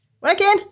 working